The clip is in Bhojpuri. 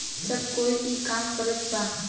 सब कोई ई काम करत बा